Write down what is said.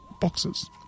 boxes